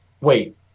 wait